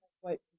white